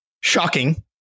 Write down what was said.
shocking